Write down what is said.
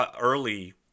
early –